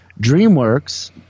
DreamWorks